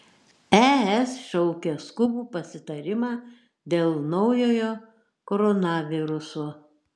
es šaukia skubų pasitarimą dėl naujojo koronaviruso